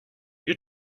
your